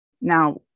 Now